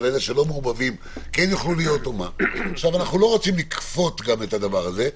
ואלה שלא מעורבבים כן יוכלו להיות אנחנו לא רוצים לכפות את הדבר הזה,